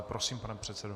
Prosím, pane předsedo.